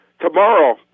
tomorrow